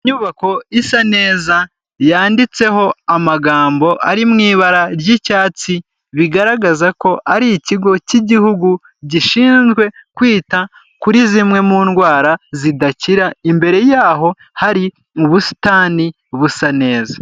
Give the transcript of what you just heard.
Inyubako isa neza yanditseho amagambo ari mu ibara ry'icyatsi bigaragaza ko ari ikigo cy'igihugu gishinzwe kwita kuri zimwe mu ndwara zidakira, imbere yaho hari mu busitani busa neza.